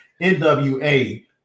NWA